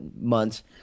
months